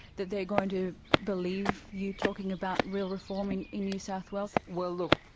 that they are going to believe you talking about real reform in in new south wales? well look,